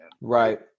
Right